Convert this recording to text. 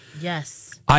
Yes